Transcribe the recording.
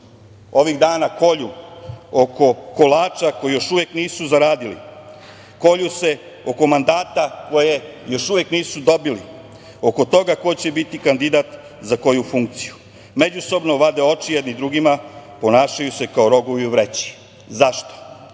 ovih dana kolju, oko kolača koji još uvek nisu zaradili, kolju se oko mandata koje još uvek nisu dobili, oko toga ko će biti kandidat za koju funkciju. Međusobno vade oči jedni drugima, ponašaju se kao rogovi u vreći. Zašto?